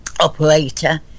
operator